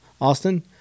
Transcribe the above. Austin